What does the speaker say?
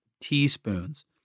teaspoons